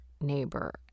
neighbor